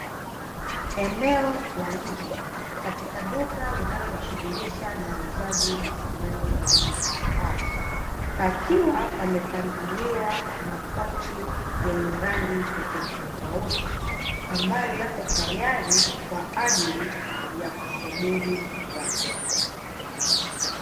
Eneo la nje katika duka linalojishughulisha na uuzaji wa samani za aina mbalimbali, pakiwa pamepangiliwa makochi yenye rangi tofautitofauti ambayo yako tayari kwa ajili ya kusubiri wateja.